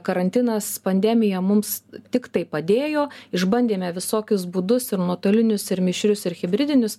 karantinas pandemija mums tiktai padėjo išbandėme visokius būdus ir nuotolinius ir mišrius ir hibridinius